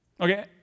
Okay